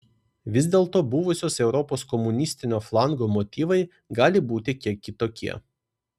vis dėlto buvusio europos komunistinio flango motyvai gali būti kiek kitokie